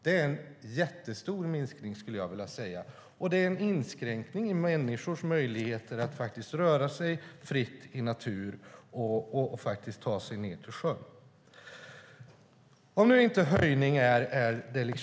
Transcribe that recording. Det är en jättestor minskning, och det är en inskränkning i människors möjligheter att röra sig fritt i naturen och ta sig ned till sjön.